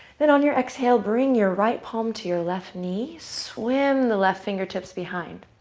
then, on your exhale, bring your right palm to your left knee. swim the left fingertips behind.